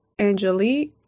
Angelique